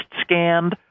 scanned